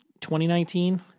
2019